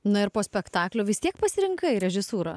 nu ir po spektaklio vis tiek pasirinkai režisūrą